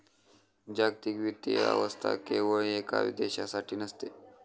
जागतिक वित्तीय व्यवस्था केवळ एका देशासाठी नसते